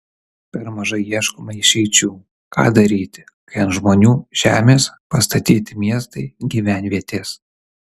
per mažai ieškoma išeičių ką daryti kai ant žmonių žemės pastatyti miestai gyvenvietės